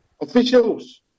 officials